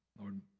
Lord